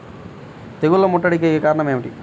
తెగుళ్ల ముట్టడికి కారణం ఏమిటి?